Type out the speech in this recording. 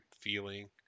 feeling